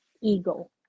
ego